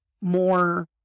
more